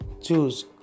choose